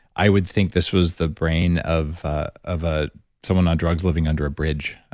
i would think this was the brain of ah of ah someone on drugs living under a bridge,